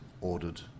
ordered